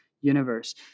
universe